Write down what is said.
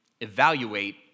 Evaluate